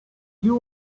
you